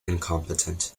incompetent